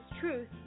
Truth